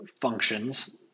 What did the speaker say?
functions